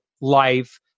life